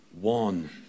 one